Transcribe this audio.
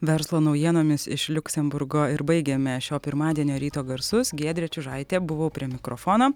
verslo naujienomis iš liuksemburgo ir baigiame šio pirmadienio ryto garsus giedrė čiužaitė buvau prie mikrofono